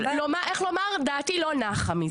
איך לומר דעתי לא נחה מזה.